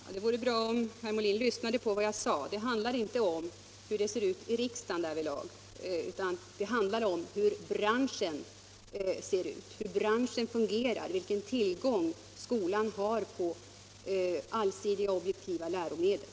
Herr talman! Det vore bra om herr Molin lyssnade till vad jag sade. Det handlar inte om hur det ser ut i riksdagen härvidlag, utan det handlar om hur branschen ser ut, hur branschen fungerar, vilken tillgång skolan har på allsidiga, objektiva läromedel.